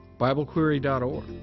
biblequery.org